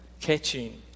catching